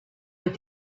with